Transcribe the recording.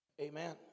Amen